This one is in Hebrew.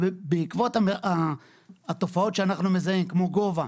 ובעקבות התופעות שאנחנו מזהים כמו גובה,